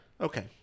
Okay